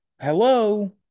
Hello